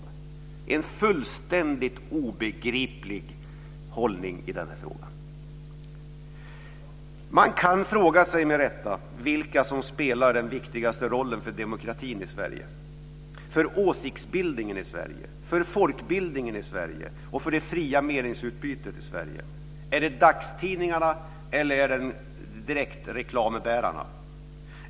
Det är en fullständigt obegriplig hållning i den här frågan. Man kan med rätta fråga sig vilka som spelar den viktigaste rollen för demokratin i Sverige, för åsiktsbildningen i Sverige, för folkbildningen i Sverige och för det fria meningsutbytet i Sverige. Är det dagstidningarna eller direktreklambärarna?